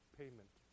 payment